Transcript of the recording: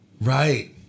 Right